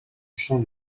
chant